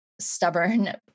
stubborn